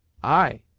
ay,